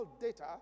data